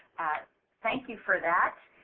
thank you for that.